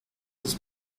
sus